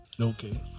Okay